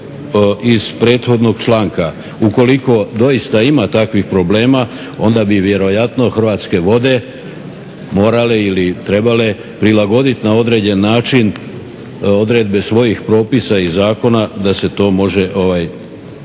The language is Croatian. iz prethodnog članka. Ukoliko doista ima takvih problema onda bi vjerojatno Hrvatske vode morale ili trebale prilagodit na određen način odredbe svojih propisa i zakona da se to može